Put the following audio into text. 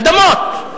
אדמות,